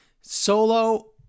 Solo